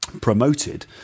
promoted